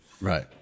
Right